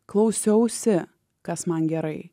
klausiausi kas man gerai